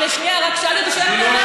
היושב-ראש, רק שאלתי אותו שאלה קטנה,